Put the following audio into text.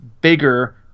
bigger